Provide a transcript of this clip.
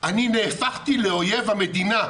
אני נהפכתי לאויב המדינה,